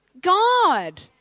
God